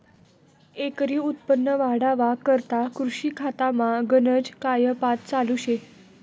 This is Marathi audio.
एकरी उत्पन्न वाढावा करता कृषी खातामा गनज कायपात चालू शे